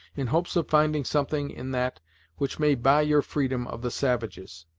in hopes of finding something in that which may buy your freedom of the savages.